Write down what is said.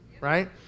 right